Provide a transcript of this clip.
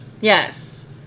Yes